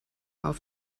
auf